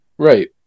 Right